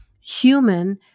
human